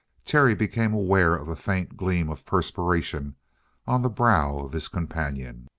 terry became aware of a faint gleam of perspiration on the brow of his companion.